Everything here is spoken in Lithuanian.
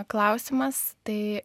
klausimas tai